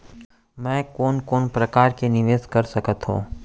मैं कोन कोन प्रकार ले निवेश कर सकत हओं?